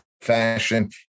fashion